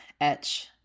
etch